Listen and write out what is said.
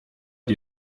die